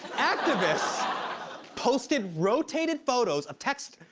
activists posted rotated photos of text,